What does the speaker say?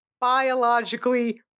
biologically